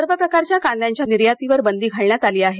सर्व प्रकारच्या कांद्याच्या निर्यातीवर बंदी घालण्यात आली आहे